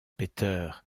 peter